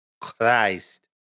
Christ